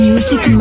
Music